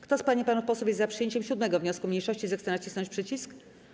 Kto z pań i panów posłów jest za przyjęciem 7. wniosku mniejszości, zechce nacisnąć przycisk.